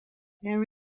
there